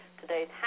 today's